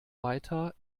weiter